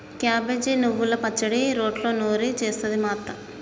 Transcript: cabbage నువ్వల పచ్చడి రోట్లో నూరి చేస్తది మా అత్త